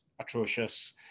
atrocious